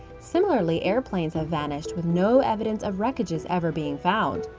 similarly, airplanes have vanished with no evidence of wreckages ever being found.